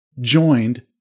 joined